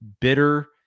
bitter